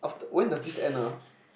after when does this end ah